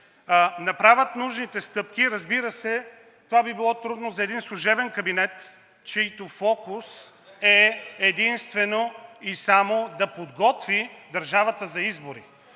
направят нужните стъпки, разбира се, това би било трудно за един служебен кабинет, чийто фокус е единствено и само да подготви държавата за избори.